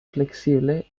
flexible